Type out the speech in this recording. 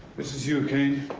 this is you, kane.